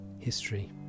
history